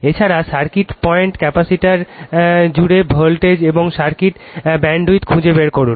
এছাড়াও circuit current capacitor জুড়ে voltage এবং সার্কিটের ব্যান্ডউইথ খুঁজে বের করুন